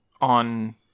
on